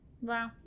Wow